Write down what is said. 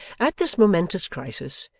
at this momentous crisis,